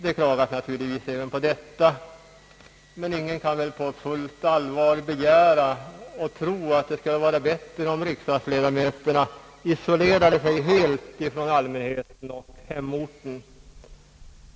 Det klagas naturligtvis även på detta, men ingen kan väl på fullt allvar begära och tro att det skulle vara bättre om riksdagsledamöterna isolerade sig helt från allmänheten och hemorten.